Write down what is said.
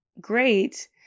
great